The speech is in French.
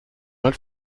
mal